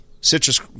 citrus